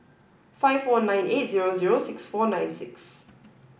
five four nine eight zero zero six four nine six